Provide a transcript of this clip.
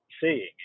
seeing